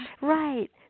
right